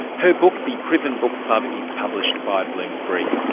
her book, the prison book club, is published by bloomsbury.